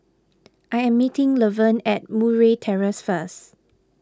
I am meeting Levern at Murray Terrace first